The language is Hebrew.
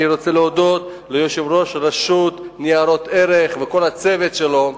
אני רוצה להודות ליושב-ראש רשות ניירות ערך ולכל הצוות שלו,